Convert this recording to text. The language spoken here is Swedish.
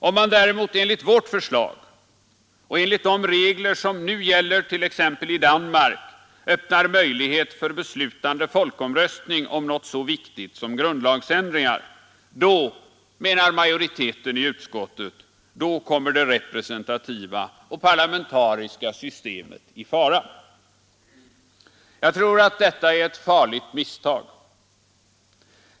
Om man däremot enligt vårt förslag och enligt de regler som nu gäller t.ex. i Danmark öppnar möjlighet för beslutande folkomröstning om något så viktigt som grundlagsändringar, då, menar majoriteten i utskottet, kommer det representativa och parlamentariska systemet i fara. Detta är ett farligt misstag.